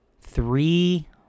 three